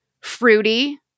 fruity